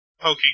poking